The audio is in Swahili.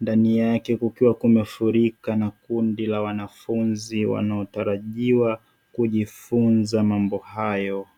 ndani yake kukiwa kumefurika na kundi la wanafunzi wanaotarajiwa kujifunza mambo hayo.